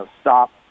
stop